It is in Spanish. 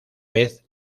vez